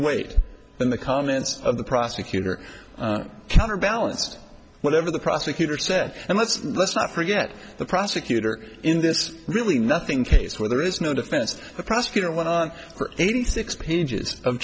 weight than the comments of the prosecutor counterbalanced whatever the prosecutor said and let's let's not forget the prosecutor in this really nothing case where there is no defense the prosecutor went on for any six pages of